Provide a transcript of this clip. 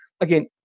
again